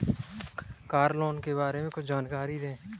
Car loan के बारे में कुछ जानकारी दें?